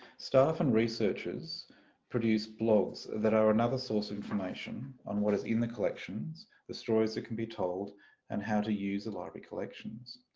staff and researchers produce blogs that are another source of information on what is in the collections, the stories that can be told and how to use the library collections.